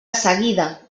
seguida